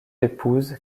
épouses